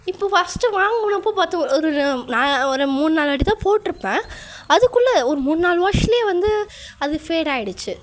இப்போ ஃபஸ்ட்டு வாங்கினப்ப பார்த்த ஒரு நான் ஒரு மூணு நாலு வாட்டிதான் போட்டிருப்பேன் அதுக்குள்ளே ஒரு மூணு நாலு வாஷ்லேயே வந்து அது ஃபேடாகிடுச்சி